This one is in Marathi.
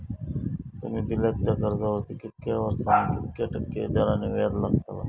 तुमि दिल्यात त्या कर्जावरती कितक्या वर्सानी कितक्या टक्के दराने व्याज लागतला?